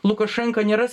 lukašenka nėra